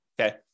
okay